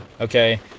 okay